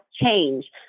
change